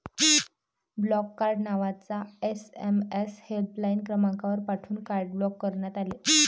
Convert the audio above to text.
block card नावाचा SMS helpline क्रमांकावर पाठवून कार्ड ब्लॉक करण्यात आले